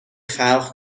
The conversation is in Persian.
خلق